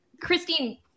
Christine